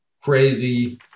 crazy